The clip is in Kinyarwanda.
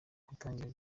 gutangira